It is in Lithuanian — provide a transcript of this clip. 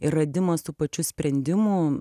ir radimas tų pačių sprendimų